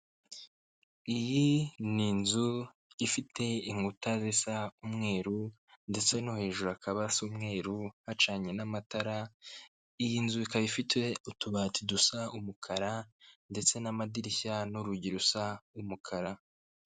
Iyi ni inzu ifite inkuta zisa umweru ndetse no hejuru hakaba hasa umweru, hacanye n'amatara. Iyi nzu ikaba ifite utubati dusa umukara ndetse n'amadirishya n'urugi rusa umukara.